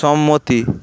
সম্মতি